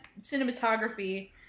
cinematography